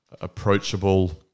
approachable